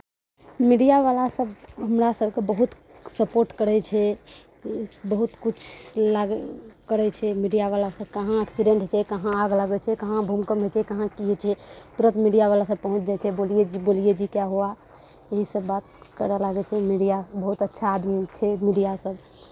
मीडियावला सभ हमरा सभके बहुत सपोर्ट करै छै बहुत किछु लग करै छै मीडियावला सभ कहाँ एक्सीडेन्ट होइ छै कहाँ आग लागै छै कहाँ भूकम्प होइ छै कहाँ की होइ छै तुरत मीडियावला सभ पहुँच जाइ छै बोलिए जी बोलिए जी क्या हुआ यही सभ बात करय लागै छै मीडिया बहुत अच्छा आदमी छै मीडियासभ